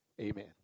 amen